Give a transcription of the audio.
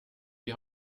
die